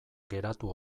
geratu